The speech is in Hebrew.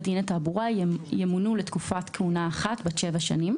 דין לתעבורה ימונו לתקופת כהונה אחת בת שבע שנים.